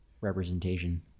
representation